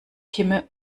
kimme